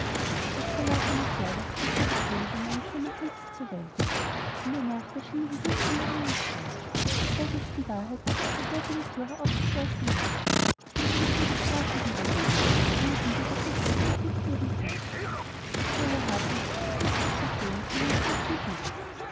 nach verlauf eines jahres brachte die königin einen schönen prinzen zur welt in der nacht erschien ihr die jungfrau maria und sprach sag jetzt die wahrheit daß du die verbotene thür aufgeschlossen hast dann will ich dir die sprache wiedergeben ohne die du doch nicht recht vergnügt leben kannst bist du aber hartnäckig und willst es nicht gestehen so nehm ich dein kind mit